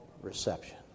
reception